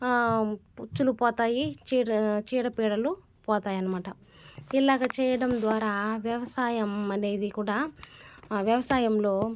పుచ్చులు పోతాయి చీడ చీడ పీడలు పోతాయి అనమాట ఇలాగ చేయడం ద్వారా వ్యవసాయం అనేది కూడా వ్యవసాయంలో